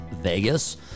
Vegas